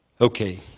Okay